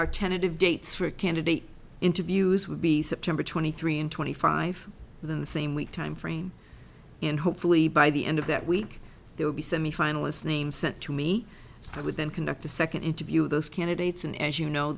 are tentative dates for a candidate interviews would be september twenty three and twenty five within the same week timeframe and hopefully by the end of that week they will be semifinalists name sent to me i would then conduct a second interview of those candidates and as you know